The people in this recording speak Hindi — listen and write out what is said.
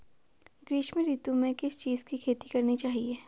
ग्रीष्म ऋतु में किस चीज़ की खेती करनी चाहिये?